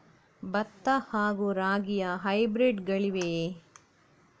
ಭತ್ತ ಹಾಗೂ ರಾಗಿಯ ಹೈಬ್ರಿಡ್ ಗಳಿವೆಯೇ?